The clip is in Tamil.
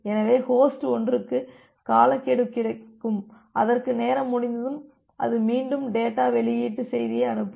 எனவே ஹோஸ்ட் 1 க்கு காலக்கெடு கிடைக்கும் அதற்கு நேரம் முடிந்ததும் அது மீண்டும் டேட்டா வெளியீட்டு செய்தியை அனுப்பும்